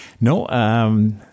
No